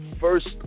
First